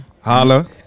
Holla